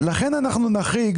לכן אנחנו נחריג.